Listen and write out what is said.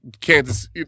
Kansas